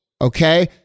Okay